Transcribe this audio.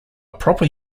proper